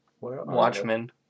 Watchmen